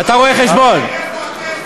אראל מרגלית,